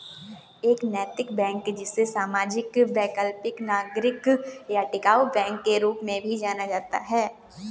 एक नैतिक बैंक जिसे सामाजिक वैकल्पिक नागरिक या टिकाऊ बैंक के रूप में भी जाना जाता है